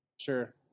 Sure